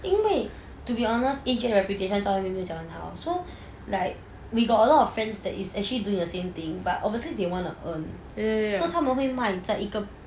因为 to be honest A_J reputation 在外面没有讲很好 so like we got a lot of friends that is actually doing the same thing but obviously they wanna earn so 他们会买在一个